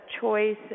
choice